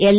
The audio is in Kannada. ಎಲ್